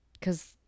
Cause